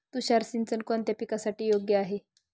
तुषार सिंचन कोणत्या पिकासाठी योग्य आहे?